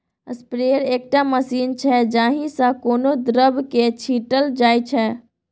sprayer एकटा machine छै जाहि सँ कोनो द्रब केँ छीटल जाइ छै